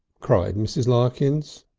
cried mrs. larkins.